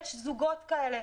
יש זוגות כאלה.